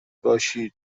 باشید